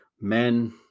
men